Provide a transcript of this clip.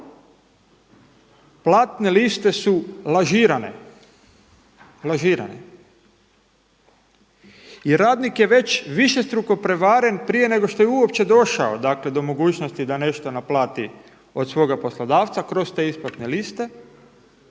platne liste su lažirane i radnik je već višestruko prevaren prije nego što je uopće došao do mogućnosti da nešto naplati od svoga poslodavca, kroz te isplate liste,